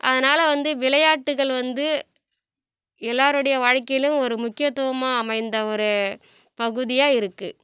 அதனால் வந்து விளையாட்டுகள் வந்து எல்லோருடைய வாழ்க்கையிலேயும் ஒரு முக்கியத்துவமாக அமைந்த ஒரு பகுதியாக இருக்குது